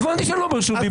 הבנתי שאני לא ברשות דיבור.